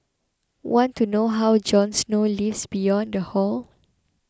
want to know how Jon Snow lives beyond the hall